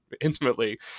intimately